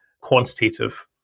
quantitative